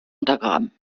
untergraben